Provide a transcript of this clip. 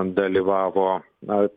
dalyvavo na